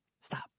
Stop